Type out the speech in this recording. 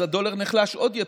אז הדולר נחלש עוד יותר,